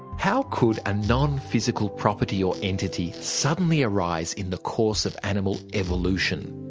how could a non-physical property or entity suddenly arise in the course of animal evolution?